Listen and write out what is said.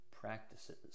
practices